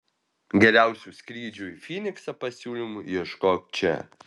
geriausių skrydžių į fyniksą pasiūlymų ieškok čia